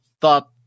thought